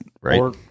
right